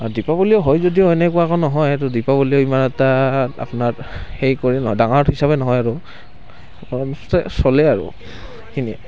আৰু দীপাৱলী হয় যদিও তেনেকুৱাকৈ নহয় দীপাৱলীও ইমান এটা আপোনাৰ সেইকৈ ডাঙৰ হিচাপে নহয় আৰু চলে আৰু সেইখিনিয়ে